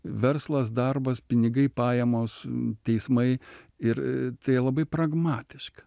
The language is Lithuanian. verslas darbas pinigai pajamos teismai ir tai labai pragmatiška